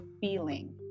feeling